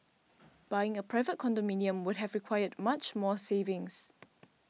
buying a private condominium would have required much more savings